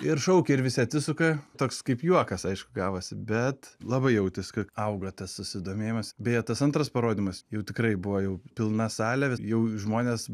ir šaukia ir visi atsisuka toks kaip juokas aišku gavosi bet labai jautės kad auga tas susidomėjimas beje tas antras parodymas jau tikrai buvo jau pilna salė jau žmonės